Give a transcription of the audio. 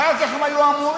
אחר כך הם היו אמורים,